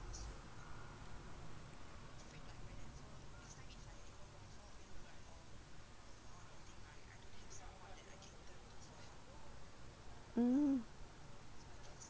mm